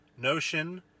Notion